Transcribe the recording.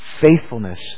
faithfulness